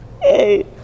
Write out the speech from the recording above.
Hey